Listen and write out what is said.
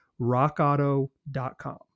rockauto.com